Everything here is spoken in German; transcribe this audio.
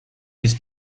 ist